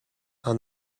are